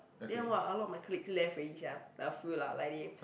then !wah! a lot of my colleagues left already sia like a few lah like they